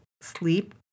sleep